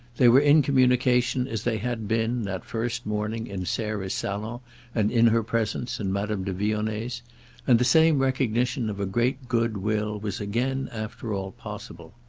they were in communication as they had been, that first morning, in sarah's salon and in her presence and madame de vionnet's and the same recognition of a great good will was again, after all, possible.